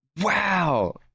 Wow